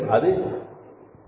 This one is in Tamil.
அது 0